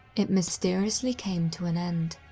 it mysteriously came to an end.